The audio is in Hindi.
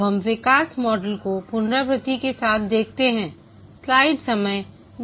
अब हम विकास मॉडल को पुनरावृत्ति के साथ देखते हैं